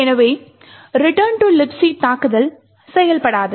எனவே Return to Libc தாக்குதல் செயல்படாது